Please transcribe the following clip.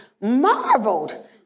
marveled